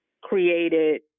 created